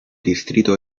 distrito